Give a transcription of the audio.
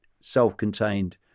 self-contained